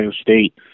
State